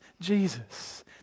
Jesus